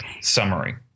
summary